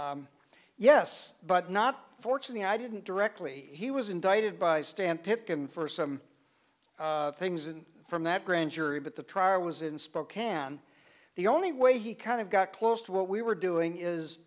yes but not fortunately i didn't directly he was indicted by stan picken for some things and from that grand jury but the trial was in spokane the only way he kind of got close to what we were doing is